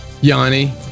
Yanni